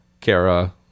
Kara